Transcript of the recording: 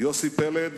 יוסי פלד,